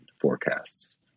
forecasts